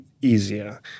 easier